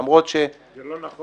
למרות ש --- זה לא נכון.